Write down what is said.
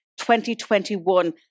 2021